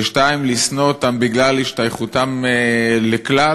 ושתיים, לשנוא אותם בגלל השתייכותם לכלל,